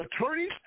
attorneys